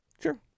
Sure